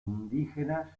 indígenas